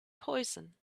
poison